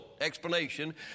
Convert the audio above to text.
explanation